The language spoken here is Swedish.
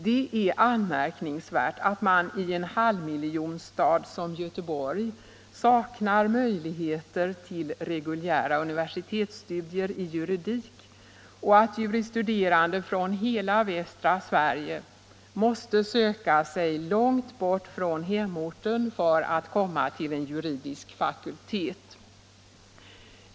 Det är anmärkningsvärt att man i en halvmiljonstad som Göteborg saknar möjligheter till reguljära universitetsstudier i juridik och att juris studerande från hela västra Sverige måste söka sig långt bort från hemorten för att komma till en juridisk fakultet.